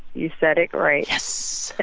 you said it right yes.